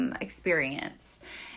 experience